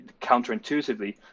counterintuitively